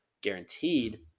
guaranteed